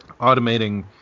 automating